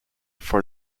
for